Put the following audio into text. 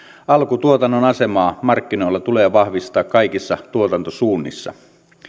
alkutuotannon asemaa markkinoilla tulee vahvistaa kaikissa tuotantosuunnissa